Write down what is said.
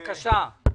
בבקשה.